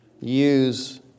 use